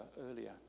earlier